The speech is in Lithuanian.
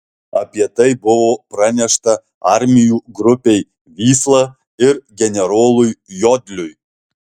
apie tai buvo pranešta armijų grupei vysla ir generolui jodliui